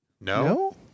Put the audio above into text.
No